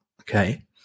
okay